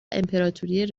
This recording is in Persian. امپراتوری